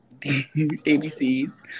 ABCs